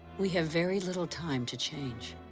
we have very little time to change.